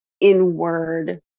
inward